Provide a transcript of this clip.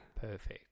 Perfect